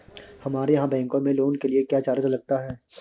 हमारे यहाँ बैंकों में लोन के लिए क्या चार्ज लगता है?